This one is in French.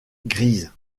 grises